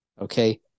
Okay